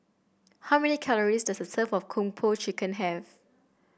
how many calories does a serve of Kung Po Chicken have